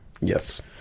yes